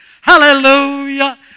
hallelujah